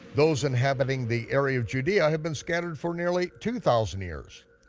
those inhabiting the area of judea have been scattered for nearly two thousand years.